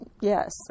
Yes